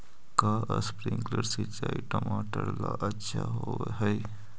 का स्प्रिंकलर सिंचाई टमाटर ला अच्छा होव हई?